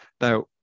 Now